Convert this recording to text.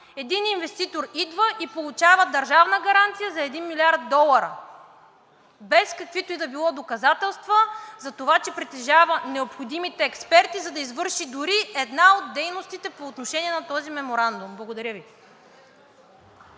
Един инвеститор идва и получава държавна гаранция за 1 млрд. долара без каквито и да било доказателства за това, че притежава необходимите експерти, за да извърши дори една от дейностите по отношение на този меморандум. Благодаря Ви.